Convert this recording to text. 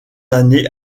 années